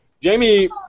Jamie